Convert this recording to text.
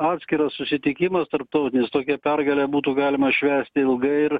atskiras susitikimas tarptautinis tokią pergalę būtų galima švęsti ilgai ir